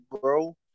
bro